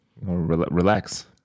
Relax